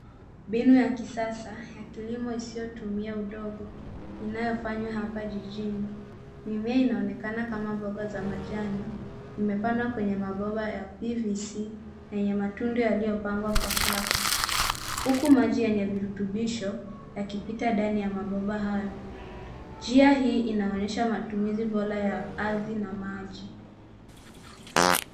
Mbinu ya kisasa, ya kilimo isiyotumia udongo, inayofanywa hapa jijini. Mimea inaonekana kama mboga za majani, imepandwa kwenye mabomba ya PVC, yenye matundu yaliyopangwa kwa safu huku maji yenye virutubisho yakipita ndani ya mabomba hayo. Njia hii inaonyesha matumizi bora ya ardhi na maji.